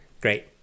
Great